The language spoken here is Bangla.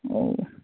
ও